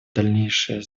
дальнейшее